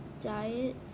diet